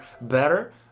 better